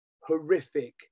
horrific